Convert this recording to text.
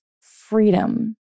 freedom